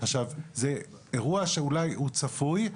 זה אירוע שאולי הוא צפוי,